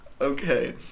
Okay